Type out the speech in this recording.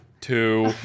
Two